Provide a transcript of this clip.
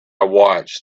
watched